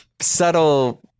subtle